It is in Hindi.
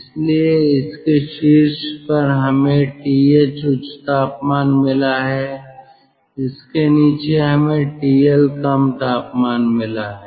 इसलिए इसके शीर्ष पर हमें TH उच्च तापमान मिला है इसके नीचे हमें TLकम तापमान मिला है